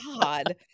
God